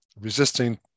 resisting